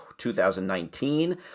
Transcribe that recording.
2019